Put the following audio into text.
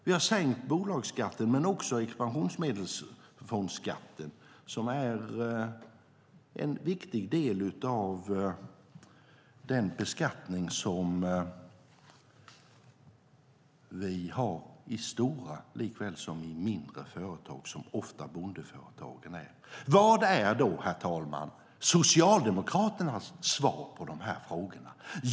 Vi har sänkt bolagsskatten men också expansionsmedelsfondskatten, som är en viktig del av den beskattning som man har i stora likväl som i mindre företag som bondeföretagen ofta är. Vad är då, herr talman, Socialdemokraternas svar på de här frågorna?